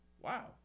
Wow